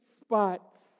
spots